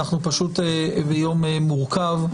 אנחנו פשוט ביום מורכב.